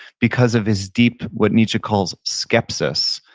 because of his deep what nietzsche calls skepsis,